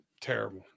terrible